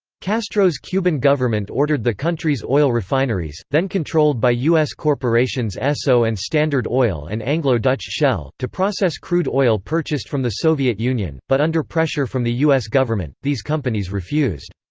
castro's cuban government ordered the country's oil refineries then controlled by us corporations esso and standard oil and anglo-dutch shell to process crude oil purchased from the soviet union, but under pressure from the us government, these companies refused.